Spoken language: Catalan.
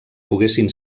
poguessin